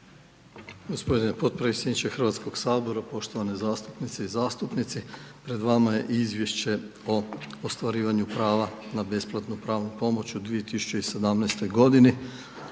G. potpredsjedniče Hrvatskog sabora, poštovane zastupnice i zastupnici, pred vama je Izvješće o ostvarivanju prava na besplatnu pravnu pomoć u 2017. godini